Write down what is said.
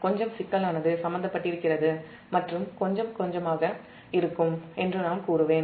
கொஞ்சம் சிக்கலானது சம்பந்தப் பட்டிருக்கிறது மற்றும் கொஞ்சம் கொஞ்சமாக இருக்கும் என்று நான் கூறுவேன்